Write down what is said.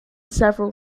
several